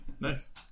Nice